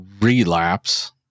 relapse